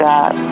God